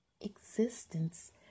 existence